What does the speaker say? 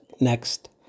next